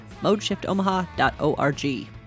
ModeShiftOmaha.org